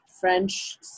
French